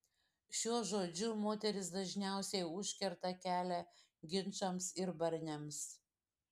šiuo žodžiu moterys dažniausiai užkerta kelią ginčams ir barniams